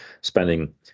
spending